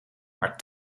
maar